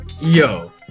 Yo